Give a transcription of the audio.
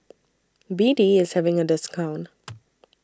B D IS having A discount